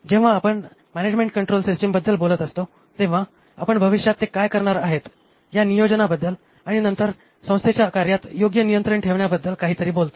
जेव्हा आपण management control सिस्टमबद्दल बोलत असतो तेव्हा आपण भविष्यात ते काय करणार आहेत या नियोजनाबद्दल आणि नंतर संस्थेच्या कार्यात योग्य नियंत्रण ठेवण्याबद्दल काहीतरी बोलतो